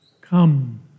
Come